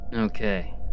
Okay